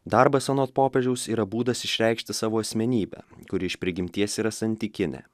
darbas anot popiežiaus yra būdas išreikšti savo asmenybę kuri iš prigimties yra santykinė